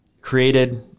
created